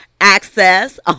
access